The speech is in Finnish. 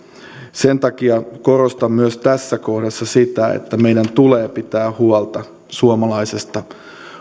sen takia korostan myös tässä kohdassa sitä että meidän tulee pitää huolta suomalaisesta